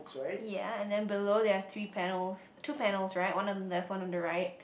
ya and then below there are three panels two panels right one on the left one on the right